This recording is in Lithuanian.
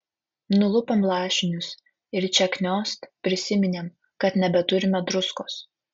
nulupom lašinius ir čia kniost prisiminėm kad nebeturime druskos